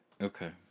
Okay